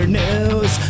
news